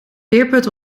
beerput